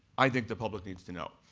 i think the public needs to know.